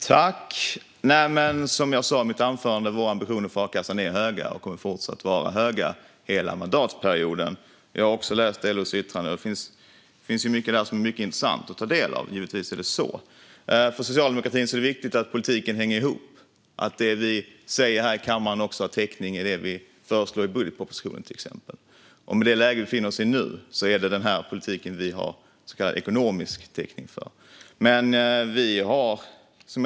Fru talman! Som jag sa i mitt anförande är våra ambitioner för a-kassan höga, och de kommer fortsatt att vara höga under hela mandatperioden. Jag har också läst LO:s yttrande. Det finns mycket där som är mycket intressant att ta del av - givetvis är det så. För socialdemokratin är det viktigt att politiken hänger ihop, att det vi säger här i kammaren har täckning i det vi föreslår när det gäller budgeten, till exempel. Och i det läge vi befinner oss i nu är det denna politik vi har ekonomisk täckning för. Men vi har höga ambitioner.